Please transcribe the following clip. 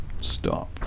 Stop